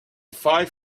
five